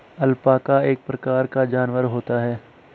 alpaca एक प्रकार का जानवर होता है